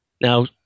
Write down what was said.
Now